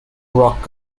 rock